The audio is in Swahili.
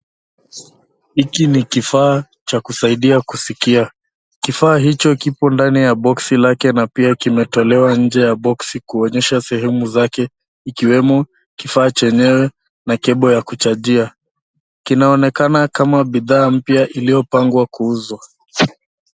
Hiki ni kifaa cha kusaidia kusikia. Kifaa hichi kipo ndani ya boksi lake na pia kimetolewa nje ya boksi kuonyesha sehemu zake, ikiwemo, kifaa chenyewe na cable ya kuchajia. Kinaonekana kama bidhaa mpya iliyopangwa kuuzwa.